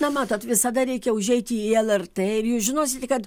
na matot visada reikia užeiti į lrt ir jūs žinosite kad